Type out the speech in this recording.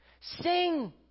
Sing